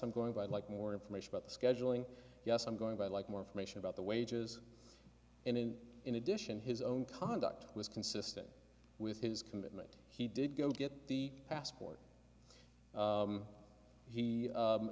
i'm going by like more information about the scheduling yes i'm going by like more information about the wages and in addition his own conduct was consistent with his commitment he did go get the passport